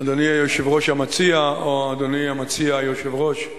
אדוני היושב-ראש המציע או אדוני המציע היושב-ראש,